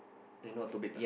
then know how to bake or not